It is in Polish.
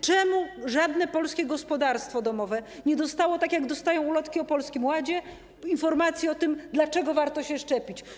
Czemu żadne polskie gospodarstwo domowe nie dostało, tak jak to było w przypadku ulotek o Polskim Ładzie, informacji o tym, dlaczego warto się szczepić?